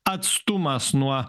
atstumas nuo